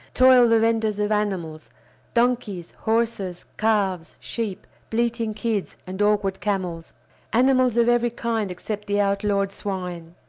toil the venders of animals donkeys, horses, calves, sheep, bleating kids, and awkward camels animals of every kind except the outlawed swine.